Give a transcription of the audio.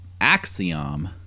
Axiom